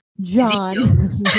John